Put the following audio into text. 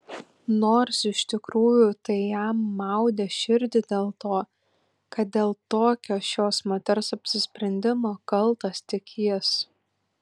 nors iš tikrųjų tai jam maudė širdį dėl to kad dėl tokio šios moters apsisprendimo kaltas tik jis